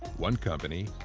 one company,